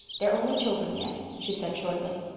they're only children yet, she said shortly.